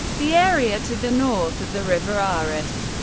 the area to the north of the river aras,